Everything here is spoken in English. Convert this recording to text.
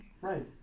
Right